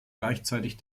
gleichzeitig